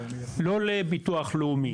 ולא לביטוח הלאומי